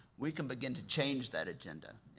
we can begin to change that agenda.